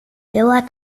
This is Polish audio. była